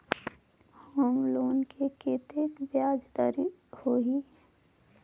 Home loan मे कतेक ब्याज दर होही?